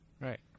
right